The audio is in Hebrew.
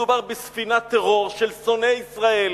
מדובר בספינת טרור של שונאי ישראל,